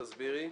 תסבירי.